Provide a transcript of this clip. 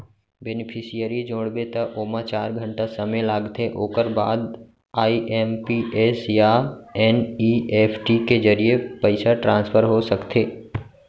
beneficiary जोड़बे त ओमा चार घंटा समे लागथे ओकर बाद आइ.एम.पी.एस या एन.इ.एफ.टी के जरिए पइसा ट्रांसफर हो सकथे